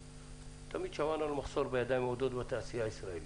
תמיד שמענו על מחסור בידיים עובדות בתעשייה הישראלית.